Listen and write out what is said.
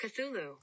Cthulhu